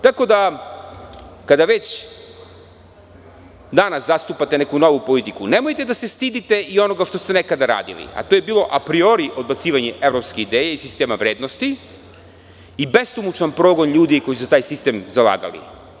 Tako da, kada već danas zastupate neku novu politiku nemojte da se stidite i onoga što ste nekada radili, a to je bilo apriori odbacivanja evropske ideje i sistema vrednosti i besomučan progon ljudi koji su se za taj sistem zalagali.